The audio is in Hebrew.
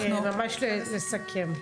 רק ממש לסכם.